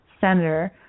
senator